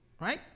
right